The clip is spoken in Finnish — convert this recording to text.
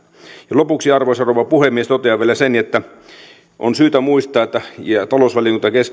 lopuksi arvoisa rouva puhemies totean vielä sen että on syytä muistaa ja talousvaliokunta